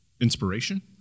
inspiration